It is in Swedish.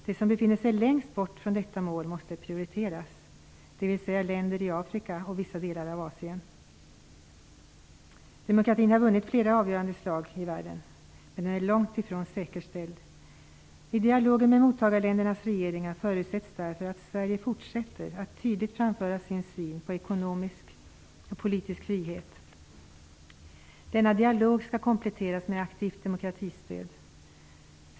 De som befinner sig längst bort från detta mål måste prioriteras, dvs. länder i Demokratin har vunnit flera avgörande slag i världen, men den är långt ifrån säkerställd. I dialogen med mottagarländernas regeringar förutsätts därför att Sverige fortsätter att tydligt framföra sin syn på ekonomisk och politisk frihet. Denna dialog skall kompletteras med aktivt demokratistöd.